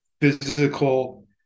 physical